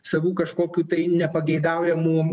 savų kažkokių tai nepageidaujamų